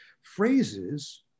phrases